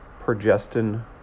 progestin